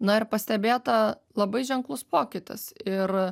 na ir pastebėta labai ženklus pokytis ir